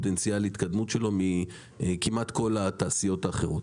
ובפוטנציאל ההתקדמות שלו מכמעט כל התעשיות האחרות.